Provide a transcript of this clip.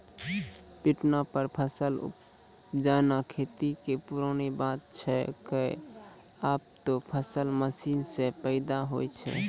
पिटना पर फसल उपजाना खेती कॅ पुरानो बात छैके, आबॅ त फसल मशीन सॅ पैदा होय छै